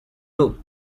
loop